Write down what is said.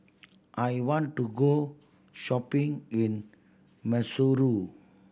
I want to go shopping in Maseru